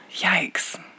Yikes